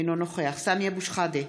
אינו נוכח סמי אבו שחאדה,